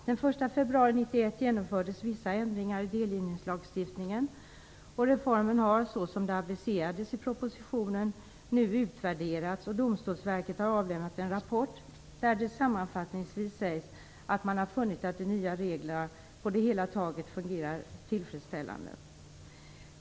Den 1 februari 1991 genomfördes vissa ändringar i delgivningslagstiftningen, och reformen har, såsom det aviserades i propositionen, nu utvärderats. Domstolsverket har avlämnat en rapport, där det sammanfattningsvis sägs att man har funnit att de nya reglerna på det hela taget fungerar tillfredsställande.